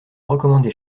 recommandez